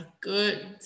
good